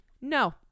no